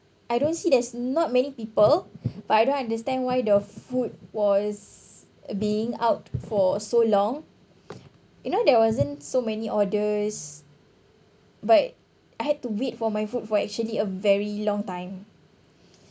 I don't see there's not many people but I don't understand why the food was being out for so long you know there wasn't so many orders but I had to wait for my food for actually a very long time